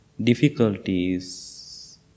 difficulties